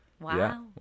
wow